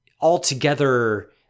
altogether